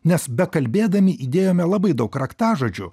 nes bekalbėdami įdėjome labai daug raktažodžių